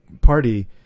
party